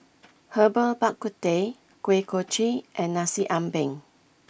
Herbal Bak Ku Teh Kuih Kochi and Nasi Ambeng